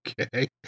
Okay